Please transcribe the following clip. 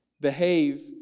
Behave